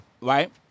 Right